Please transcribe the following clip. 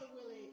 Willie